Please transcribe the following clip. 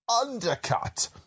undercut